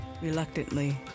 Reluctantly